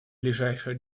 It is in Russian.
ближайшее